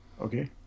Okay